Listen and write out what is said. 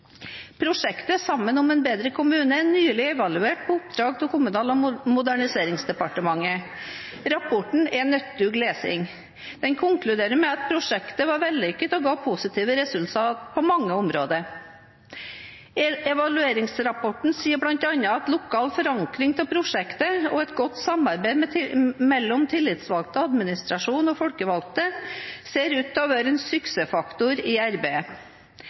Prosjektet «Sammen om en bedre kommune» er nylig evaluert på oppdrag av Kommunal- og moderniseringsdepartementet. Rapporten er nyttig lesing. Den konkluderer med at prosjektet var vellykket og ga positive resultater på mange områder. Evalueringsrapporten sier bl.a. at lokal forankring av prosjektet og et godt samarbeid mellom tillitsvalgte, administrasjon og folkevalgte, ser ut til å være en suksessfaktor i arbeidet.